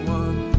one